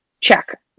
check